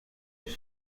już